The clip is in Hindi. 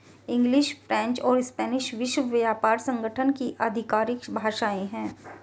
इंग्लिश, फ्रेंच और स्पेनिश विश्व व्यापार संगठन की आधिकारिक भाषाएं है